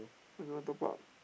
why don't want top up